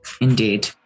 indeed